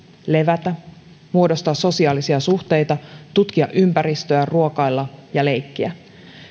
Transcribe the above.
levätä muodostaa sosiaalisia suhteita tutkia ympäristöä ruokailla ja leikkiä